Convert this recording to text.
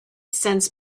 sense